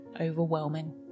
overwhelming